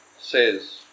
Says